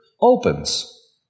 opens